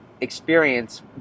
experience